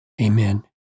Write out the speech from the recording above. Amen